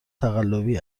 تقلبی